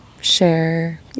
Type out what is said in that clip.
share